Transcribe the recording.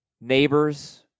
Neighbors